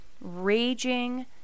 raging